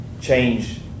change